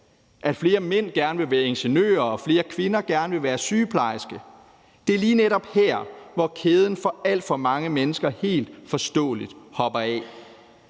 at flere mænd gerne vil være ingeniør; eller at flere kvinder gerne vil være sygeplejerske? Det er lige netop her, hvor kæden for alt for mange mennesker helt forståeligt hopper af.